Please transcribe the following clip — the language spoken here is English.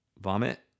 vomit